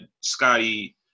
Scotty